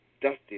dusty